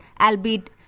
albeit